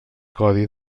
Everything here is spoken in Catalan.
codi